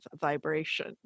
Vibration